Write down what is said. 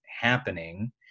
happening